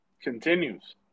continues